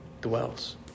dwells